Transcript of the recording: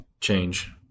change